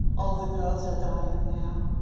all the girls are dying now.